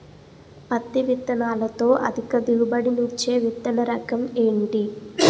పత్తి విత్తనాలతో అధిక దిగుబడి నిచ్చే విత్తన రకం ఏంటి?